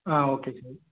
ah okay sir